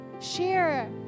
share